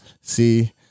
See